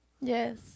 Yes